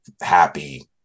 happy